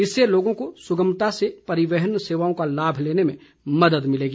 इससे लोगों को सुगमता से परिवहन सेवाओं का लाभ लेने में मदद मिलेगी